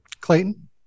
Clayton